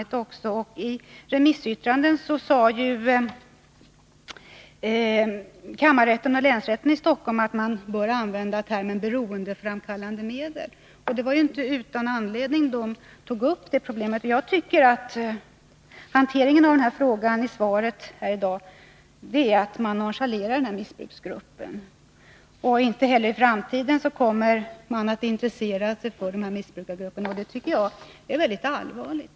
Men kammarrätten och länsrätten i Stockholm sade i sina remissyttranden att man borde använda termen beroendeframkallande medel, och naturligtvis tog de inte upp detta utan anledning. Jag tycker att det som redovisats i svaret om behandlingen av denna fråga tyder på att man nonchalerar den här missbruksgruppen. Inte heller i framtiden kommer man att intressera sig för den, och det tycker jag är mycket allvarligt.